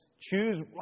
Choose